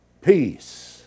Peace